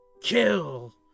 kill